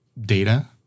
data